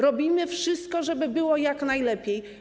Robimy wszystko, żeby było jak najlepiej.